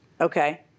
Okay